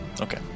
Okay